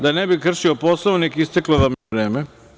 Da ne bih kršio Poslovnik isteklo vam je vreme.